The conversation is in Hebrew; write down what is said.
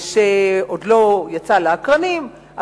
שעוד לא יצא לאקרנים,